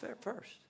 first